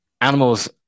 animals